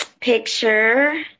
picture